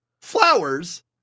flowers